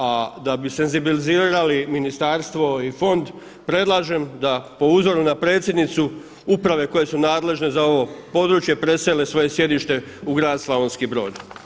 A da bi senzibilizirali ministarstvo i fond, predlažem da po uzoru na predsjednicu uprave koje su nadležne za ovo područje presele svoje sjedište u grad Slavonski Brod.